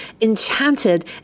enchanted